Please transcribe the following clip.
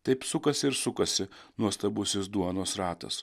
taip sukasi ir sukasi nuostabusis duonos ratas